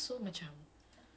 ya his name is zul